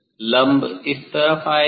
लम्ब इस तरफ आएगा